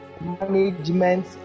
management